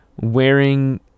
wearing